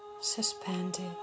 suspended